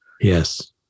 Yes